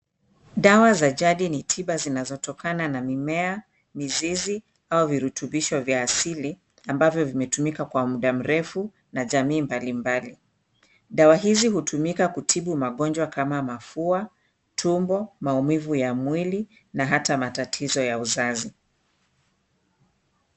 Dawa za jadi ni tiba zinazotokana na mimea, mizizi au virutubisho vya asili ambavyo vimetumika kwa muda mrefu na jamii mbalimbali. Dawa hizi hutumika kutibu magonjwa kama mafua, tumbo, maumivu ya mwili na hata matatizo ya uzazi.